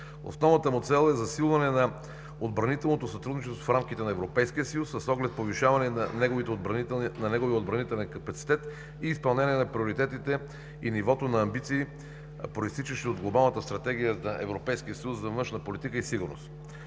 Основната му цел е засилване на отбранителното сътрудничество в рамките на Европейския съюз с оглед повишаване на неговия отбранителен капацитет и изпълнение на приоритетите и нивото на амбиции, произтичащи от Глобалната стратегия на Европейския съюз за външна политика и сигурност.